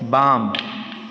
बाम